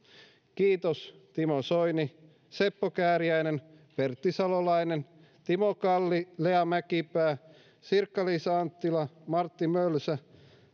kiitos timo soini seppo kääriäinen pertti salolainen timo kalli lea mäkipää sirkka liisa anttila martti mölsä